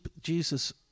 Jesus